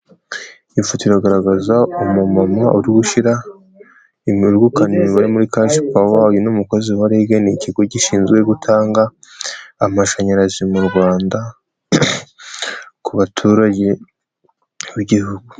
Ifoto iragaragaza umu mama uri gushyira, uri gukanda imibare muri kashi pawa ni umukozi wa REG. Ikigo gishinzwe gutanga amashanyarazi mu Rwanda ku baturage b'Igihugu.